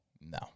No